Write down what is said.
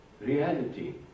reality